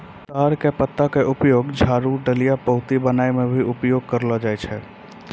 ताड़ के पत्ता के उपयोग झाड़ू, डलिया, पऊंती बनाय म भी करलो जाय छै